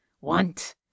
want